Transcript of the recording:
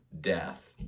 Death